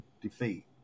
defeat